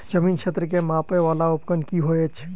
जमीन क्षेत्र केँ मापय वला उपकरण की होइत अछि?